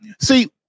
See